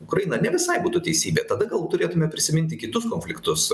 ukraina ne visai būtų teisybė tada gal turėtume prisiminti kitus konfliktus